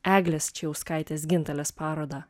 eglės čėjauskaitės gintalės parodą